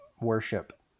Worship